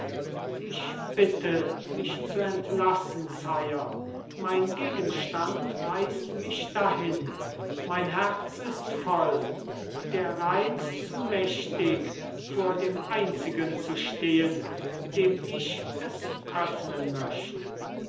ich bitte mich zu entlassen sire mein gegenstand reißt mich dahin mein herz ist voll der reiz zu mächtig vor dem einzigen zu stehen dem ich es öffnen möchte